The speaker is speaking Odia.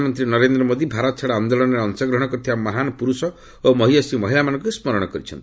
ପ୍ରଧାନମନ୍ତ୍ରୀ ନରେନ୍ଦ୍ର ମୋଦି ଭାରତ ଛାଡ଼ ଆନ୍ଦୋଳନରେ ଅଂଶଗ୍ରହଣ କରିଥିବା ମହାନ ପୁରୁଷ ଓ ମହିୟସୀ ମହିଳାମାନଙ୍କୁ ସ୍କରଣ କରିଛନ୍ତି